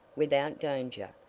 without danger,